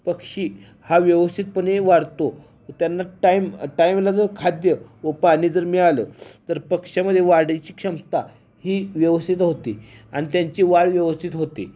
पक्षी हा व्यवस्थितपणे वाढतो त्यांना टाईम टाईमला जर खाद्य व पाणी जर मिळालं तर पक्षामध्ये वाढीची क्षमता ही व्यवस्थित होती आणि त्यांची वाढ व्यवस्थित होते